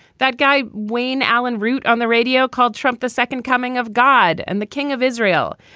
that guy, wayne allen root on the radio called trump the second coming of god and the king of israel.